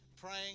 praying